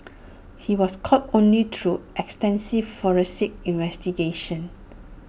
he was caught only through extensive forensic investigations